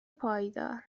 پایدار